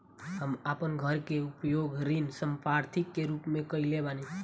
हम अपन घर के उपयोग ऋण संपार्श्विक के रूप में कईले बानी